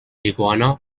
iguana